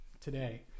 today